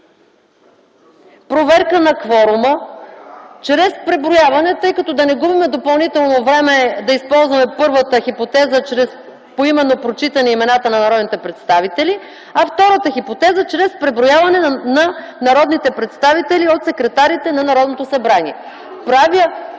проверка на кворума чрез преброяване, за да не губим допълнително време, като използваме първата хипотеза - чрез поименно прочитане имената на народните представители. Да използваме втората хипотеза – чрез преброяване на народните представители от секретарите на Народното събрание. ИСКРА